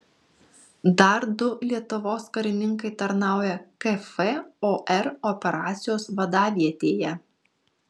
dar du lietuvos karininkai tarnauja kfor operacijos vadavietėje